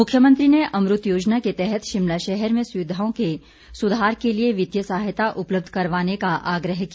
मुख्यमंत्री ने अम्रत योजना के तहत शिमला शहर में सुविधाओं के सुधार के लिए वित्तीय सहायता उपलब्ध करवाने का आग्रह किया